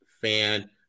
fan